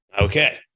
Okay